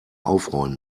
aufräumen